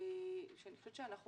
אני חושבת שאנחנו